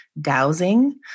dowsing